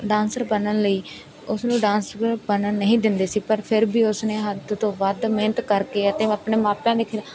dancer ਬਣਨ ਲਈ ਉਸਨੂੰ ਡਾਂਸਰ ਬਣਨ ਨਹੀਂ ਦਿੰਦੇ ਸੀ ਪਰ ਫਿਰ ਵੀ ਉਸਨੇ ਹੱਦ ਤੋਂ ਵੱਧ ਮਿਹਨਤ ਕਰਕੇ ਅਤੇ ਆਪਣੇ ਮਾਪਿਆਂ ਦੇ ਖਿਲਾਫ